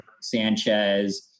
Sanchez